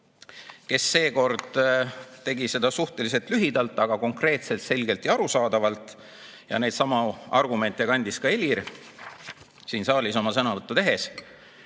kes seekord tegi seda suhteliselt lühidalt, aga konkreetselt, selgelt ja arusaadavalt. Neidsamu argumente [esitas] ka Helir siin saalis oma sõnavõtus.